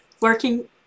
working